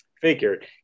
Figured